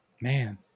Man